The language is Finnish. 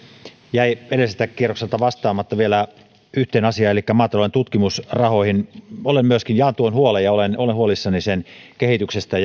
jäi edelliseltä kierrokselta vastaamatta vielä yhteen asiaan elikkä maatalouden tutkimusrahoihin jaan tuon huolen ja olen myöskin huolissani sen kehityksestä